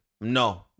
No